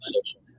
Social